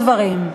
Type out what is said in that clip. חברים,